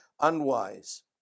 unwise